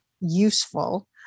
useful